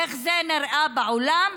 איך זה נראה בעולם,